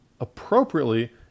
appropriately